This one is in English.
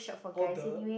all the